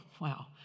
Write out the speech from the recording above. wow